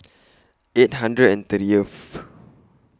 eight hundred and thirtieth